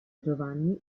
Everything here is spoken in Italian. giovanni